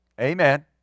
Amen